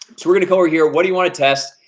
so we're gonna come over here. what do you want to test?